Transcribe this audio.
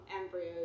embryos